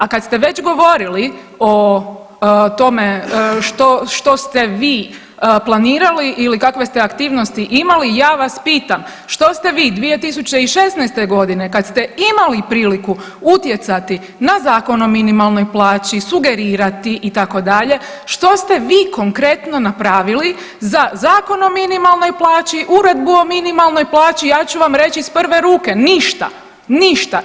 A kad ste već govorili o tome što, što ste vi planirali ili kakve ste aktivnosti imali, ja vas pitam što ste vi 2016.g. kad ste imali priliku utjecati na Zakon o minimalnoj plaći, sugerirati itd., što ste vi konkretno napravili za Zakon o minimalnoj plaći, Uredbu o minimalnoj plaći, ja ću vam reći iz prve ruke, ništa, ništa.